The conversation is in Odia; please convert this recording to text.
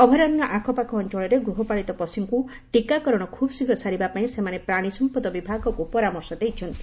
ଅଭୟାରଣ୍ୟ ଆଖପାଖ ଅଅଳରେ ଗୃହପାଳିତ ପଶୁଙ୍ଙୁ ଟିକାକରଣ ଖୁବ୍ଶୀଘ୍ର ସାରିବା ପାଇଁ ସେମାନେ ପ୍ରାଶୀସମ୍ମଦ ବିଭାଗକୁ ପରାମର୍ଶ ଦେଇଛନ୍ତି